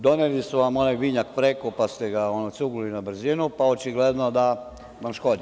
Doneli su vam onaj vinjak preko, pa ste ga cugnuli na brzinu, pa očigledno da vam škodi.